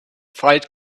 fight